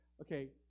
Okay